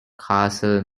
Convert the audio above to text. castle